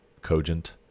cogent